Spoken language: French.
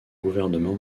gouvernement